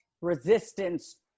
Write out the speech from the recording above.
resistance